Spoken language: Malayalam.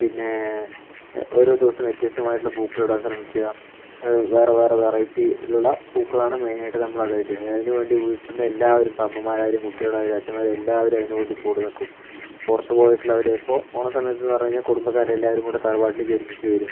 പിന്നെ ഓരോ ദിവസം വ്യത്യസ്തമായിട്ടുള്ള പൂക്കളം ഇടാൻ ശ്രമിക്കുക വേറെ വേറെ വെറൈറ്റി ഉള്ള പൂക്കളമാണ് മെയിനായിട്ട് നമ്മൾ അതാ അതിന് വേണ്ടി വീട്ടിൽ നിന്ന് എല്ലാവരും ഇപ്പം അമ്മമാരായാലും കുട്ടികളായാലും അച്ഛന്മാർ എല്ലാവരും അതിന് വേണ്ടി കൂടെ നിൽക്കും പുറത്ത് പോയിട്ടുള്ളവർ ഇപ്പോൾ ഓണ സമയത്ത് എന്ന് പറഞ്ഞ് കഴിഞ്ഞാൽ കുടുംബക്കാരെല്ലാവരും കൂടി തറവാട്ടിലേക്ക് ഒരുമിച്ച് വരും